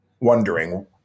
wondering